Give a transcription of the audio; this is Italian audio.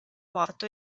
morto